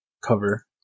cover